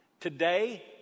Today